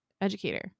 educator